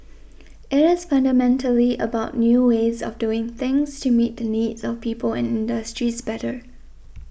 it is fundamentally about new ways of doing things to meet the needs of people and industries better